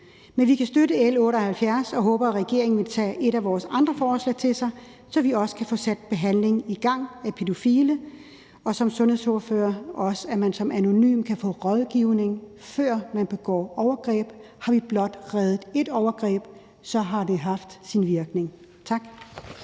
Men vi kan støtte L 78 og håber, at regeringen vil tage et af vores andre forslag til sig, så vi også kan få sat behandling af pædofile i gang. Og som sundhedsordfører vil jeg også foreslå, at man anonymt kan få rådgivning, før man begår overgreb. Har vi blot forhindret ét overgreb, har det haft sin virkning. Tak.